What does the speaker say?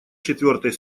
четвертой